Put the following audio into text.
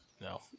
No